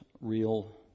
real